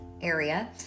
area